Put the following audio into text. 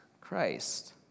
Christ